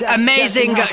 amazing